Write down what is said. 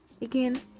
again